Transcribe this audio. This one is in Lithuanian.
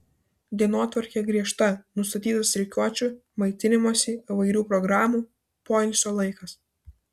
dienotvarkė griežta nustatytas rikiuočių maitinimosi įvairių programų poilsio laikas